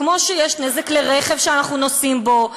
כמו שנגרם נזק לרכב שאנחנו נוסעים בו,